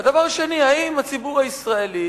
והדבר השני, האם הציבור הישראלי